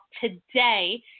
today